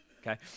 Okay